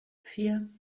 vier